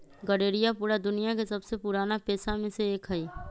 गरेड़िया पूरा दुनिया के सबसे पुराना पेशा में से एक हई